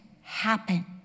happen